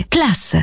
Class